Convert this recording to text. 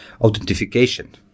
authentication